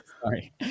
Sorry